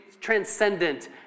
transcendent